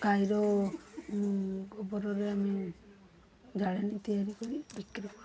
ଗାଈର ଗୋବରରେ ଆମେ ଜାଳେଣୀ ତିଆରି କରି ବିକ୍ରୀ କରୁ